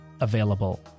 available